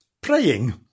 praying